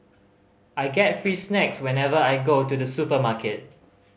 I get free snacks whenever I go to the supermarket